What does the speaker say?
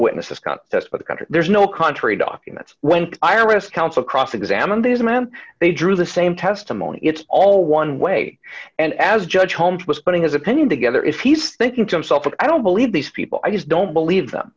witnesses contest but the country there's no country documents when iris counsel cross examined this man they drew the same testimony it's all one way and as judge holmes was putting his opinion together is he's thinking to himself i don't believe these people i just don't believe th